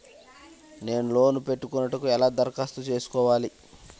నేను లోన్ పెట్టుకొనుటకు ఎలా దరఖాస్తు చేసుకోవాలి?